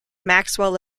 maxwell